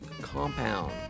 compound